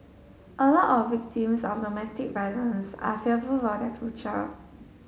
a lot of victims of domestic violence are fearful for their future